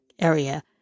area